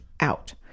out